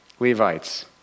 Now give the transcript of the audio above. Levites